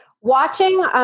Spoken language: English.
Watching